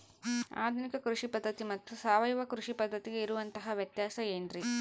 ಆಧುನಿಕ ಕೃಷಿ ಪದ್ಧತಿ ಮತ್ತು ಸಾವಯವ ಕೃಷಿ ಪದ್ಧತಿಗೆ ಇರುವಂತಂಹ ವ್ಯತ್ಯಾಸ ಏನ್ರಿ?